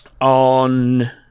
on